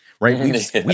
right